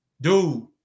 Dude